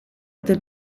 del